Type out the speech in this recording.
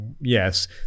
yes